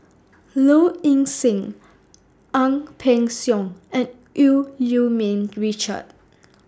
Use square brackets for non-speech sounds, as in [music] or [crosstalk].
Low Ing Sing Ang Peng Siong and EU [unintelligible] Ming Richard